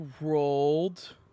rolled